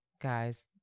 Guys